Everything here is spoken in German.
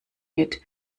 mit